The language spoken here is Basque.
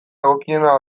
egokiena